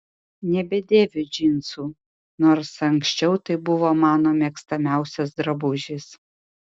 nebedėviu džinsų nors anksčiau tai buvo mano mėgstamiausias drabužis